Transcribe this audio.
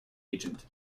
agent